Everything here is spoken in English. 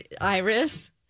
iris